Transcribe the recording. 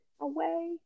away